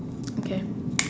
okay